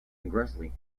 aggressively